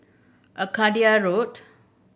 Arcadia Road